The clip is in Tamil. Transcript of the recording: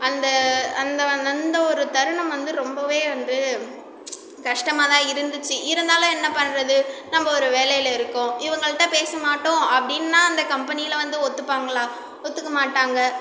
அந்த அந்த அந்தவொரு தருணம் வந்து ரொம்பவே வந்து கஷ்டமாக தான் இருந்துச்சு இருந்தாலும் என்ன பண்ணுறது நம்ம ஒரு வேலையில் இருக்கோம் இவங்கள்ட்ட பேசமாட்டோம் அப்படின்னா அந்தக் கம்பெனியில் வந்து ஒத்துப்பாங்களா ஒத்துக்க மாட்டாங்க